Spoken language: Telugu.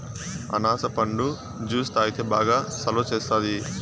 అనాస పండు జ్యుసు తాగితే బాగా సలవ సేస్తాది